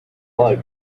plug